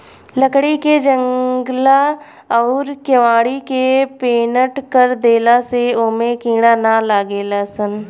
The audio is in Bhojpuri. लकड़ी के जंगला अउरी केवाड़ी के पेंनट कर देला से ओमे कीड़ा ना लागेलसन